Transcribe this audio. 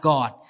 God